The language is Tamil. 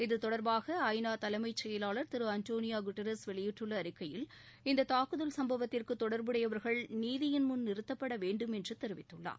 இதுதொடர்பாக ஐநா தலைமச்செயலாளர் திரு அன்டோனியா குட்ரஸ் வெளியிட்டுள்ள அறிக்கையில் இந்த தாக்குதல் சுப்பவத்திற்கு தொடர்புடையவர்கள் நீதியின் முன் நிறுத்தப்படவேண்டும் என்று தெரிவித்துள்ளார்